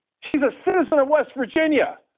she's a citizen of west virginia,